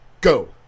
Go